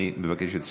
אני מבקש את סליחתך.